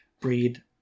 breed